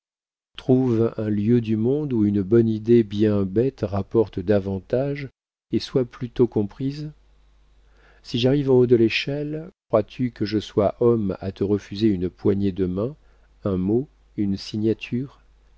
trouve un lieu du monde où une bonne idée bien bête rapporte davantage et soit plus tôt comprise si j'arrive en haut de l'échelle crois-tu que je sois homme à te refuser une poignée de main un mot une signature